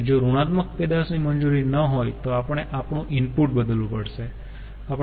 અને જો ઋણાત્મક પેદાશ ની મંજૂરી ન હોય તો આપણે આપણું ઈનપુટ બદલવું પડશે